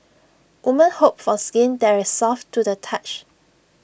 woman hope for skin there is soft to the touch